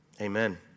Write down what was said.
Amen